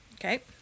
Okay